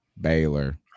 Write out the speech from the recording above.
Baylor